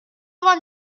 vingt